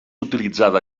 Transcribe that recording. utilitzada